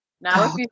Now